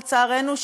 לצערנו,